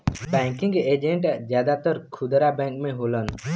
banking agent जादातर खुदरा bank में होलन